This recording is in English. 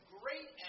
great